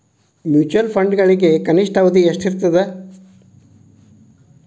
mutual ಫಂಡ್ಗಳಿಗೆ ಕನಿಷ್ಠ ಅವಧಿ ಎಷ್ಟಿರತದ